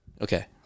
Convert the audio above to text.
Okay